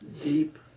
deep